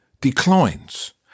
declines